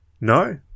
No